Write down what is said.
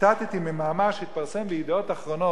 ציטטתי ממאמר שהתפרסם ב"ידיעות אחרונות",